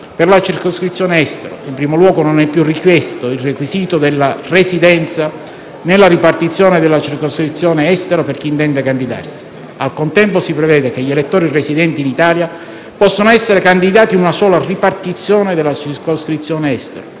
per la circoscrizione Estero. In primo luogo, non è più richiesto il requisito della residenza nella ripartizione della circoscrizione Estero per chi intende candidarsi. Al contempo, si prevede che gli elettori residenti in Italia possano essere candidati in una sola ripartizione della circoscrizione Estero.